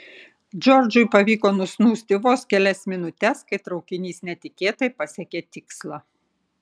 džordžui pavyko nusnūsti vos kelias minutes kai traukinys netikėtai pasiekė tikslą